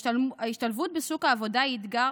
ההשתלבות בשוק העבודה היא אתגר